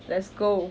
let's go